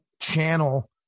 channel